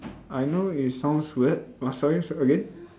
I know it's sound weird what sorry again